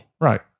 right